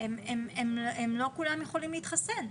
לא כולם יכולים להתחסן.